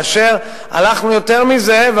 כאשר הלכנו יותר מזה,